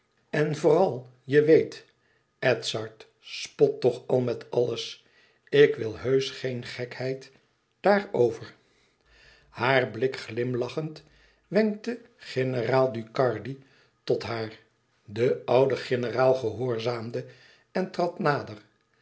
en vooral je weet edzard spot toch al met alles ik wil heusch geen gekheid daarover haar blik glimlachend wenkte generaal ducardi tot haar den ouden generaal gehoorzaamde en trad nader